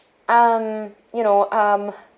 um you know um